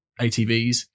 ATVs